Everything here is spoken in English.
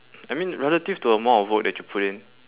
I mean relative to the amount of work that you put in